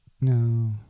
no